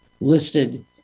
listed